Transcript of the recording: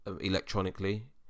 electronically